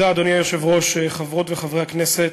אדוני היושב-ראש, תודה, חברות וחברי הכנסת,